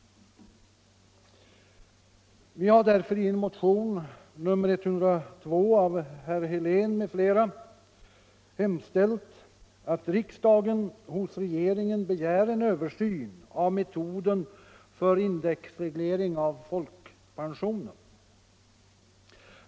Vi har därför i en motion, nr 102 av herr Helén m.fl., hemställt att riksdagen hos regeringen begär en översyn av metoden för indexreglering av folkpensionen.